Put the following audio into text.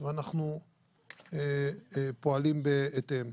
ואנחנו פועלים בהתאם.